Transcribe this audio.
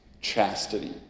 chastity